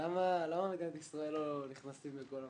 למה מדינת ישראל לא נכנסים בכל המחבלים?